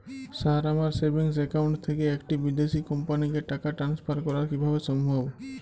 Sir আমার savings account থেকে একটি বিদেশি কোম্পানিকে টাকা ট্রান্সফার করা কীভাবে সম্ভব?